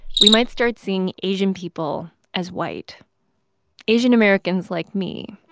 we might start seeing asian people as white asian americans like me